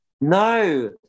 No